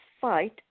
fight